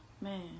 Man